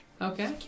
Okay